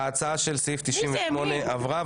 ההצעה של סעיף 98 עברה.